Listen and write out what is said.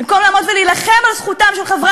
במקום לעמוד ולהילחם על זכותם של חברי